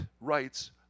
rights